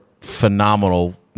phenomenal